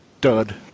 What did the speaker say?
dud